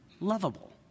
lovable